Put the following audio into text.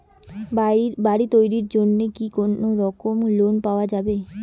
বাড়ি তৈরির জন্যে কি কোনোরকম লোন পাওয়া যাবে?